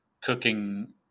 cooking